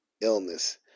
illness